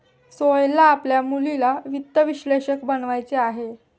सोहेलला आपल्या मुलीला वित्त विश्लेषक बनवायचे आहे